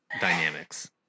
dynamics